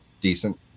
decent